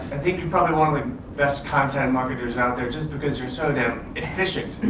i think you're probably one of the best content marketers out there just because you're so damned efficient.